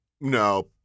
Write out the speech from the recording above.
No